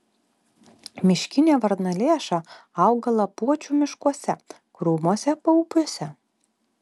miškinė varnalėša auga lapuočių miškuose krūmuose paupiuose